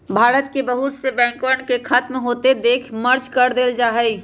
भारत के बहुत से बैंकवन के खत्म होते देख मर्ज कर देयल जाहई